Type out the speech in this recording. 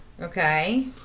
Okay